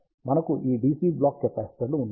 మనకు ఈ DC block కెపాసిటర్లు ఉన్నాయి